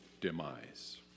demise